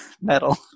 metal